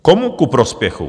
Komu ku prospěchu?